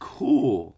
cool